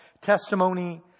testimony